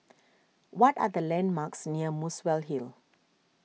what are the landmarks near Muswell Hill